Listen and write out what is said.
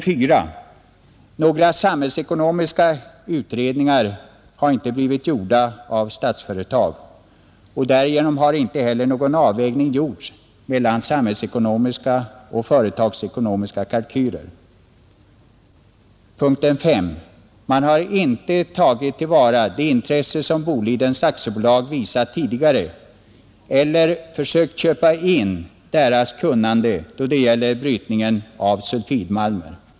4, Några samhällsekonomiska utredningar har inte blivit gjorda av Statsföretag, och därigenom har inte heller någon avvägning gjorts mellan samhällsekonomiska och företagsekonomiska kalkyler. 5. Man har inte tagit till vara det intresse som Bolidens Aktiebolag tidigare visat eller försökt köpa in dess kunnande när det gäller brytning av sulfitmalm.